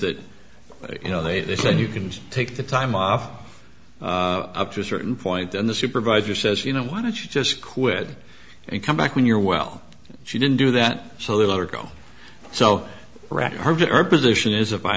that you know they said you can take the time off up to a certain point and the supervisor says you know why don't you just quit and come back when you're well she didn't do that so they let her go so right hard to our position is of